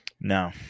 No